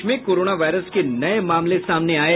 देश में corona virus के नये मामले सामने आये